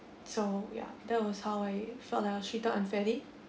so ya that was how I felt like I was treated unfairly